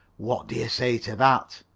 what do you say to that?